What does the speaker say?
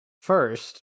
first